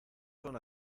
son